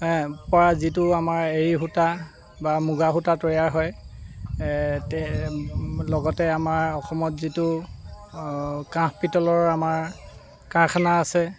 পৰা যিটো আমাৰ এৰী সূতা বা মুগা সূতা তৈয়াৰ হয় তে লগতে আমাৰ অসমত যিটো কাঁহ পিতলৰ আমাৰ কাৰখানা আছে